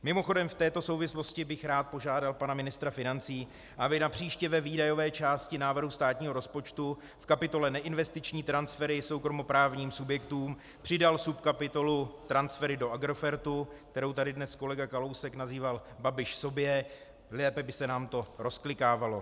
Mimochodem, v této souvislosti bych rád požádal pana ministra financí, aby napříště ve výdajové části návrh státního rozpočtu v kapitole neinvestiční transfery v soukromoprávním subjektům přidal subkapitolu Transfery do Agrofertu, kterou tady dnes kolega Kalousek nazýval Babiš sobě, lépe by se nám to rozklikávalo.